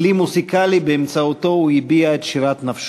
כלי מוזיקלי שבאמצעותו הוא הביע את שירת נפשו.